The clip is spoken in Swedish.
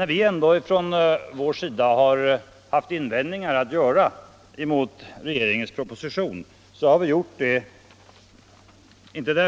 Att vi ändå har haft invändningar att göra mot regeringens proposition beror